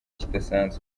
kidasanzwe